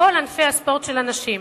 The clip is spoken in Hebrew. בכל ענפי הספורט של הנשים.